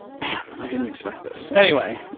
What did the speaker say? man, i didn't expect this. anyway.